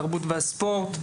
התרבות והספורט.